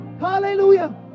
hallelujah